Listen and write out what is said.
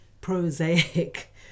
prosaic